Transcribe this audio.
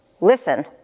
Listen